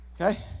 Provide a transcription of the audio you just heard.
Okay